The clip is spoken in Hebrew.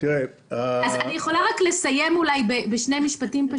אני רק רוצה לסיים בשני משפטים.